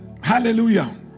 Hallelujah